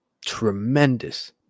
tremendous